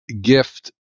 gift